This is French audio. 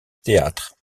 théâtre